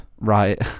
right